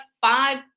five